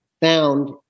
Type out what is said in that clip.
found